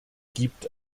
gibt